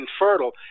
infertile